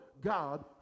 God